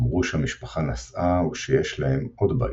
אמרו שהמשפחה נסעה ושיש להם עוד בית,